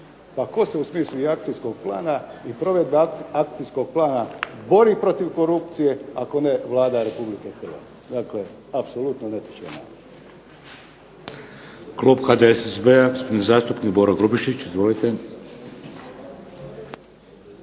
Pa tko se u smislu i akcijskog plana i provedbe akcijskog plana bori protiv korupcije ako ne Vlada Republike Hrvatske? Dakle apsolutno netočan